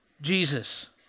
Jesus